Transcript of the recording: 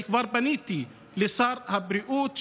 אני כבר פניתי לשר הבריאות,